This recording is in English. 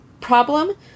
problem